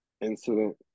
incident